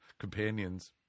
companions